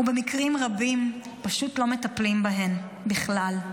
ובמקרים רבים פשוט לא מטפלים בהן בכלל.